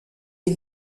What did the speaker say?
est